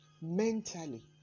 mentally